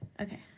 Okay